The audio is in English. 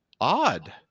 odd